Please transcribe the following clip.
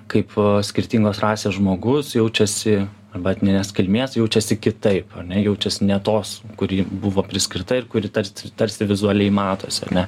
kaip skirtingos rasės žmogus jaučiasi arba etninės kilmės jaučiasi kitaip ane jaučiasi ne tos kuri buvo priskirta ir kuri tarsi tarsi vizualiai matosi ar ne